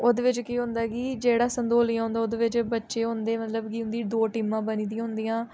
ओह्दे बिच्च केह् होंदा कि जेह्ड़ा संतोलिया होंदा ओह्दे बिच्च बच्चे होंदे मतलब कि उं'दी दो टीमां बनी दियां होंदियां